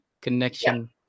connection